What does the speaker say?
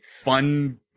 fun